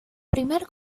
primer